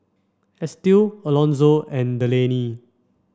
Estie Alonso and Delaney